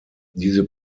diese